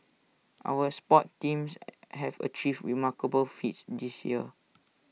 our sports teams have achieved remarkable feats this year